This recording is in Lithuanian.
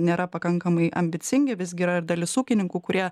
nėra pakankamai ambicingi visgi yra ir dalis ūkininkų kurie